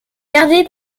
gardé